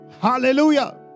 Hallelujah